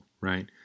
right